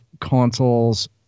consoles